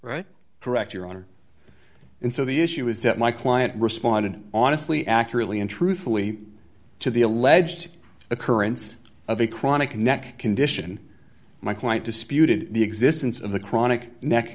correct your honor and so the issue is that my client responded honestly accurately and truthfully to the alleged occurrence of a chronic neck condition my client disputed the existence of the chronic neck